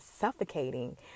suffocating